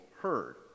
heard